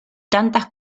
tantas